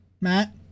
Matt